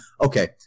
okay